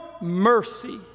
mercy